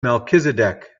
melchizedek